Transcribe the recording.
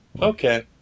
Okay